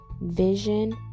vision